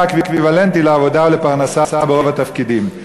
אקוויוולנטי לעבודה ולפרנסה ברוב התפקידים.